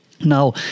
Now